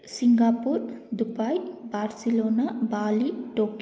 Singapore Dubai Barcelona Bali ಟೋಕ್